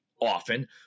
Often